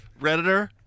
Redditor